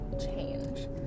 change